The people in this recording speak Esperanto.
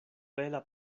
bela